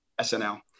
snl